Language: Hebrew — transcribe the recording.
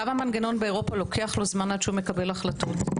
גם המנגנון באירופה לוקח לו זמן עד שמקבל החלטות.